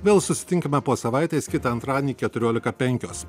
vėl susitinkame po savaitės kitą antradienį keturiolika penkios